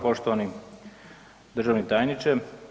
Poštovani državni tajniče.